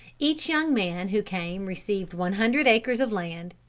each young man who came received one hundred acres of land.